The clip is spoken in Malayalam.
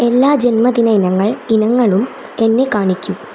എല്ലാ ജന്മദിന ഇനങ്ങൾ ഇനങ്ങളും എന്നെ കാണിക്കൂ